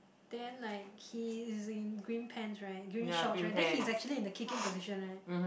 then like he is in green pants right green shorts right then he's actually in a kicking position right